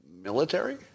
Military